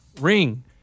ring